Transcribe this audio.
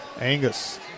Angus